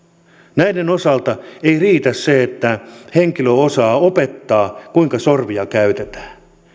näiden osalta ei riitä se että henkilö osaa opettaa kuinka sorvia käytetään